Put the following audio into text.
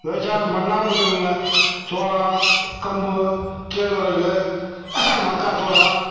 விவசாயம் பண்ணாமல் இருக்கிறதில்லிங்க சோளம் கம்பு கேழ்வரகு மக்காச்சோளம்